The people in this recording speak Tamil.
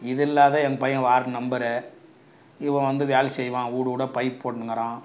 இது இல்லாது என் பையன் வார்டு மெம்பரு இவன் வந்து வேலை செய்வான் வீடு வீடா பைப் போட்டுன்னுக்கிறான்